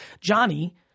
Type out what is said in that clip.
Johnny